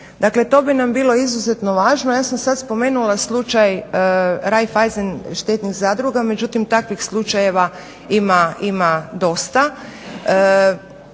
Dakle, to bi nam bilo izuzetno važno. Ja sam sad spomenula slučaj Raiffeisen štednih zadruga, međutim takvih slučajeva ima dosta.